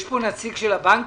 יש פה נציג של הבנקים?